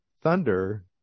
thunder